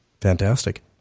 fantastic